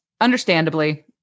understandably